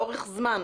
לאורך זמן.